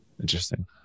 Interesting